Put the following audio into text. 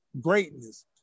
greatness